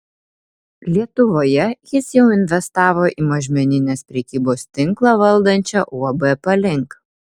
lietuvoje jis jau investavo į mažmeninės prekybos tinklą valdančią uab palink